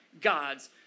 God's